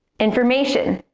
information.